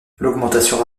l’augmentation